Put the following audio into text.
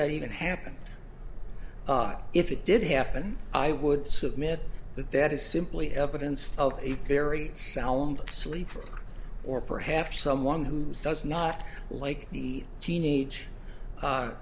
that even happened but if it did happen i would submit that that is simply evidence of a very sound sleeper or perhaps someone who does not like the teenage